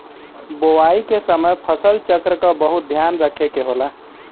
बोवाई के समय फसल चक्र क बहुत ध्यान रखे के होला